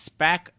SPAC